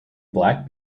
black